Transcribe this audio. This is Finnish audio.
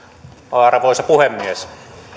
arvoisa puhemies